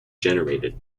generated